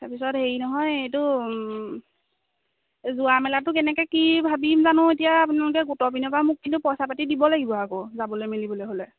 তাৰপিছত হেৰি নহয় এইটো যোৱা মেলাটো কেনেকে কি ভাবিম জানো এতিয়া আপোনালোকে গোটৰ পিনৰ পৰা মোক কিন্তু পইচা পাতি দিব লাগিব আকৌ যাবলৈ মেলিবলৈ হ'লে